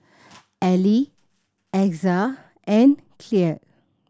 Elie Exa and Kyleigh